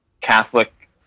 Catholic